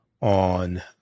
on